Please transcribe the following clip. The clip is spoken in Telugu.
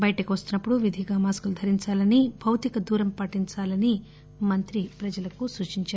బయటకు వస్తున్న పుడు విధిగా మాస్కులు ధరించాలని భౌతికదూరం పాటించాలని మంత్రి ఈటల ప్రజలకు సూచించారు